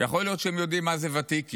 יכול להיות שהם יודעים מה זה ותיקין,